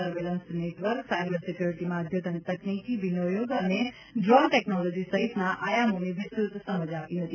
surveillance network cyber સિકયુરિટીમાં અઘતન તકનીક વિનિયોગ અને ડ્રોન ટેકનોલોજી સહિતના આયામોની વિસ્તૃત સમજ આપી હતી